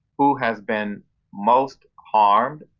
who has been most harmed,